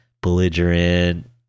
belligerent